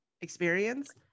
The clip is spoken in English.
experience